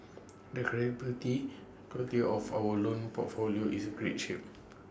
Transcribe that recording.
the quality of our loan portfolio is great shape